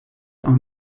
are